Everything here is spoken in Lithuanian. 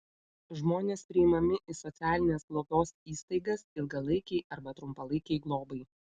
žmonės priimami į socialinės globos įstaigas ilgalaikei arba trumpalaikei globai